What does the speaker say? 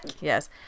yes